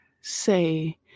say